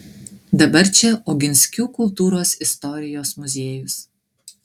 dabar čia oginskių kultūros istorijos muziejus